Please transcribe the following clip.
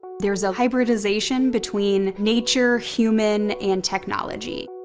there's a hybridization between nature, human, and technology.